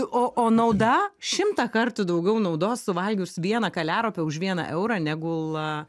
o o nauda šimtą kartų daugiau naudos suvalgius vieną kaliaropę už vieną eurą negul